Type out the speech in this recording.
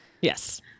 Yes